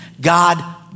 God